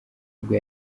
ubwo